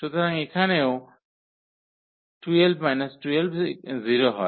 সুতরাং এখানেও 12 12 0 হয়